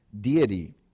deity